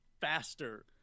faster